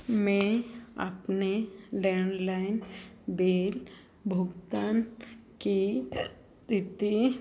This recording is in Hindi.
मैं अपने डैनलेन बेल भुगतान की स्थिति